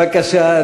בבקשה,